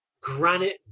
granite